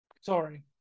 Sorry